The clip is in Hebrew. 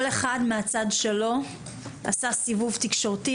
כל אחד מהצד שלו עשה סיבוב תקשורתי,